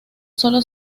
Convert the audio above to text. solo